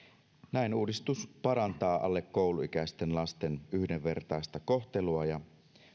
näin uudistus parantaa alle kouluikäisten lasten yhdenvertaista kohtelua ja